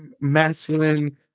masculine